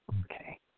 Okay